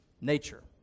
nature